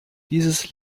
dieses